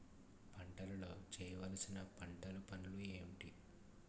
పంటలో చేయవలసిన పంటలు పనులు ఏంటి?